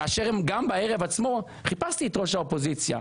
כאשר הם גם בערב עצמו חיפשתי את ראש האופוזיציה.